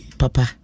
papa